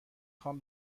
خوام